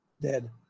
dead